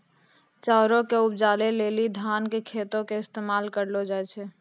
चाउरो के उपजाबै लेली धान के खेतो के इस्तेमाल करलो जाय छै